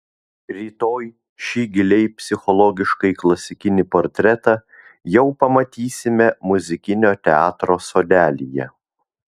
rytoj šį giliai psichologiškai klasikinį portretą jau pamatysime muzikinio teatro sodelyje